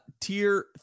tier